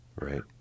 Right